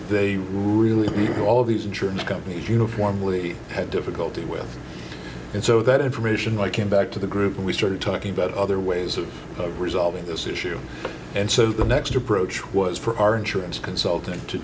they really do all these insurance companies uniformly have difficulty with and so that information i came back to the group and we started talking about other ways of resolving this issue and so the next approach was for our insurance consultant to